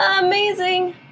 amazing